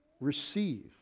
receive